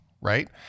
right